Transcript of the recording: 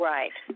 Right